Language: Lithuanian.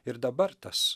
ir dabar tas